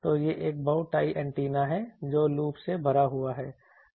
तो यह एक बोटाई एंटीना है जो लूप से भरा हुआ है